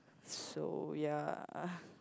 so ya